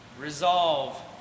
resolve